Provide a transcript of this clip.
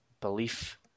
belief